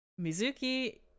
Mizuki